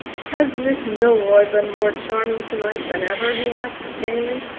has miss milroy been more charming to-night than ever? he asked, gayly.